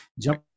jump